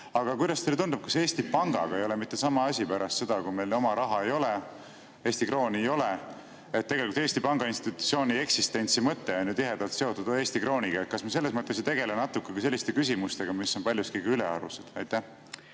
Kuidas teile tundub, kas Eesti Pangaga ei ole mitte sama asi pärast seda, kui meil oma raha, Eesti krooni ei ole? Tegelikult Eesti Panga institutsiooni eksistentsi mõte oli ju tihedalt seotud Eesti krooniga. Kas me selles mõttes ei tegele küsimustega institutsioonide kohta, mis on paljuski ülearused? Aitäh,